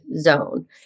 zone